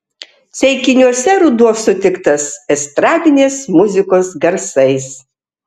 ceikiniuose ruduo sutiktas estradinės muzikos garsais